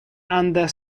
under